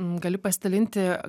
gali pasidalinti